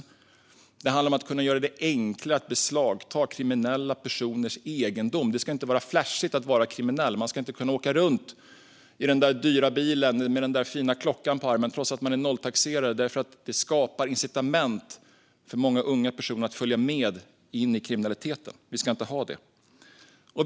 Det handlar också om att kunna göra det enklare att beslagta kriminella personers egendom. Det ska inte vara flashigt att vara kriminell. Man ska inte kunna åka runt i den där dyra bilen med den där fina klockan på armen trots att man är nolltaxerad, för det skapar incitament för många unga personer att följa med in i kriminaliteten. Vi ska inte ha det så.